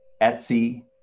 Etsy